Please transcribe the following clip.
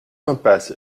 impasse